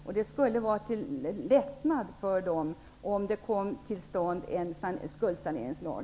Om en skuldsaneringslag kom till stånd skulle det vara till lättnad för dessa människor.